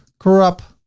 crop,